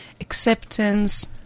Acceptance